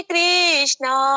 Krishna